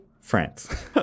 France